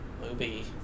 movie